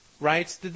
right